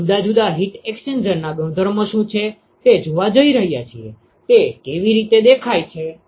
અમે જુદા જુદા હીટ એક્સ્ચેન્જરના ગુણધર્મો શું છે તે જોવા માટે જઈ રહ્યા છીએ તે કેવી દેખાય છે